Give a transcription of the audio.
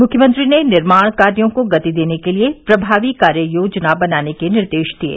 मुख्यमंत्री ने निर्माण कार्यो को गति देने के लिए प्रभावी कार्य योजना बनाने के निर्देश दिये